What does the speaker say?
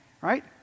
right